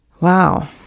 Wow